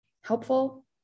Helpful